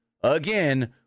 again